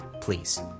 please